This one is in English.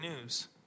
news